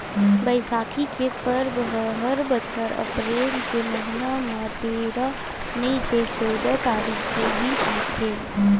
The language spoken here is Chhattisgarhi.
बइसाखी के परब ह हर बछर अपरेल के महिना म तेरा नइ ते चउदा तारीख के दिन आथे